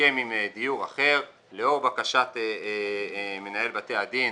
סיכם עם דיור אחר לאור בקשת מנהל בתי הדין